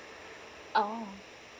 oh